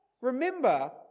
Remember